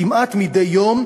כמעט מדי יום,